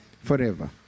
forever